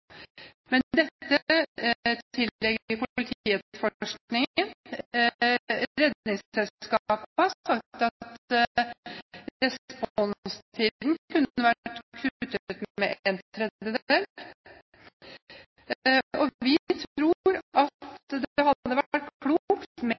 Men dette tilligger politietterforskningen. Redningsselskapet har sagt at responstiden kunne ha vært kuttet med en tredjedel, og vi tror at det hadde vært klokt med